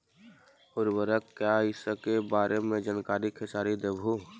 उर्वरक क्या इ सके बारे मे जानकारी खेसारी देबहू?